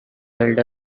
held